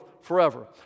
forever